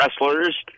wrestlers